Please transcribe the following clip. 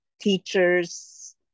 teachers